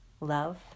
Love